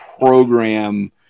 program